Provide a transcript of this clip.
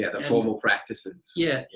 yeah the formal practices. yeah.